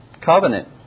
covenant